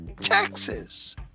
Texas